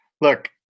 look